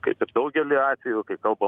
kaip ir daugely atvejų kai kalba